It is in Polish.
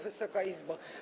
Wysoka Izbo!